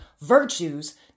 virtues